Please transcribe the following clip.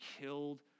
killed